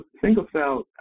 single-cell